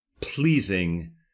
pleasing